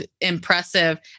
impressive